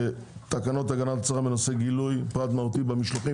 תקנות הגנת הצרכן בנושא גילוי פרט מהותי במשלוחים.